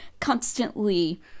constantly